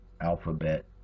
alphabet